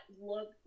look